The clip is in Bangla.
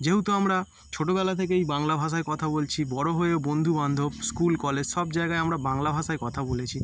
যেহেতু আমরা ছোটবেলা থেকেই বাংলা ভাষায় কথা বলছি বড় হয়ে বন্ধুবান্ধব স্কুল কলেজ সব জায়গায় আমরা বাংলা ভাষায় কথা বলেছি